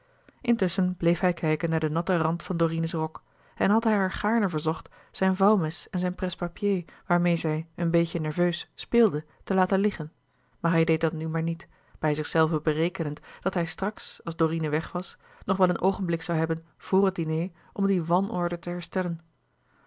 intusschen bleef hij kijken naar den natten rand van dorine's rok en had hij haar gaarne verzocht zijn vouwmes en zijn presse-papier waarmeê zij een beetje nerveus speelde te laten liggen maar hij deed dat nu maar niet bij zichzelven berekenend dat hij straks als dorine weg was nog wel een oogenblik zoû hebben vor het diner om die wanorde te herstellen